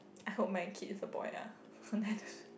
I hope my kid is a boy ah